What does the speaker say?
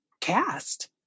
cast